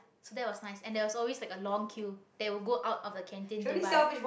so that was nice and there was always like a long queue that will go out of the canteen to buy